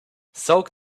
soak